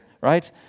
right